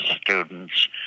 students